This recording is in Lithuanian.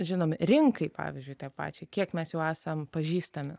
žinomi rinkai pavyzdžiui tai pačiai kiek mes jau esam pažįstami